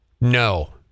No